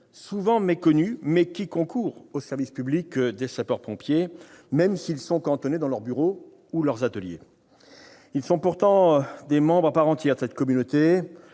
souvent méconnue, mais qui concourt au service public des sapeurs-pompiers, même s'ils sont cantonnés dans leur bureau ou leur atelier. Ils sont pourtant des membres à part entière de la communauté.